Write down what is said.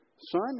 son